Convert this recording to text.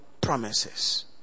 promises